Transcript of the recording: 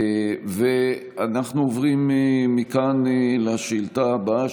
אנחנו עוברים מכאן לשאילתה הבאה,